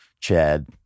Chad